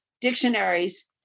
dictionaries